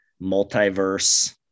multiverse